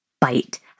bite